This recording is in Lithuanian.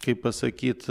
kaip pasakyt